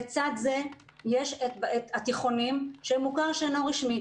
לצד זה יש את התיכונים שהם מוכר שאינו רשמי,